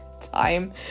time